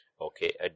Okay